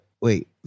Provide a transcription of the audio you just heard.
Wait